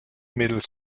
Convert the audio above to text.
mittels